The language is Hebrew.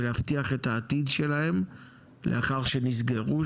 ולהבטיח את העתיד שלהם לאחר שנסגרו,